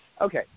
Okay